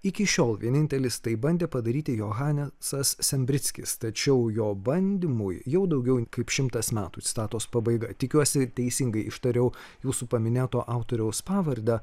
iki šiol vienintelis tai bandė padaryti johanesas sambrickis tačiau jo bandymui jau daugiau kaip šimtas metų citatos pabaiga tikiuosi teisingai ištariau jūsų paminėto autoriaus pavardę